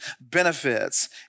benefits